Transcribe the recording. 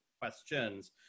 questions